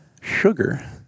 sugar